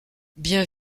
bien